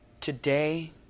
Today